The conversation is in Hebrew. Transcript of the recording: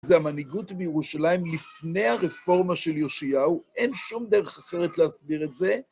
זו המנהיגות בירושלים לפני הרפורמה של יושיעהו, אין שום דרך אחרת להסביר את זה.